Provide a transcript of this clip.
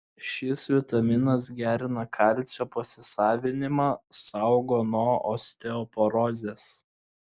šis vitaminas gerina kalcio pasisavinimą saugo nuo osteoporozės